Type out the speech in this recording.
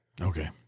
Okay